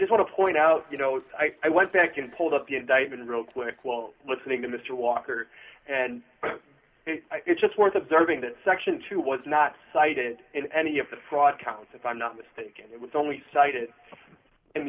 just want to point out you know i went back and pulled up the indictment real quick while listening to mr walker's and it's just worth observing that section two was not cited in any of the fraud counts if i'm not mistaken it was only cited in